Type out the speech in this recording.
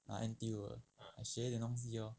ah N_T_U 的学一点东西 lor